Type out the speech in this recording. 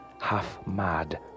half-mad